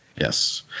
Yes